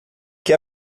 que